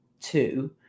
two